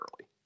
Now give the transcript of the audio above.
early